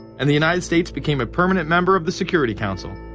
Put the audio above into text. and the united states became a permanent member of the security council,